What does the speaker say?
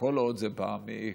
כל עוד זה בא מכספו.